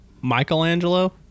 michelangelo